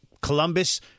Columbus